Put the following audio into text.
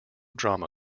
drama